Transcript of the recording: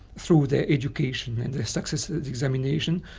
through their education and successful examination,